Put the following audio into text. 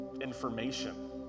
information